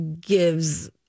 gives